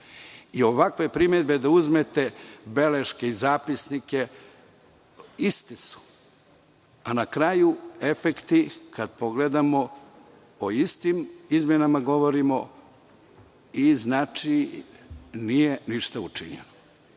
Ovakve primedbe, da uzmete beleške i zapisnike, iste su, a na kraju efekti, kada pogledamo, o istim izmenama govorimo i nije ništa učinjeno.